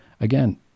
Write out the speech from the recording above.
Again